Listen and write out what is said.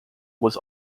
was